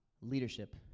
leadership